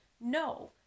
no